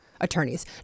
attorneys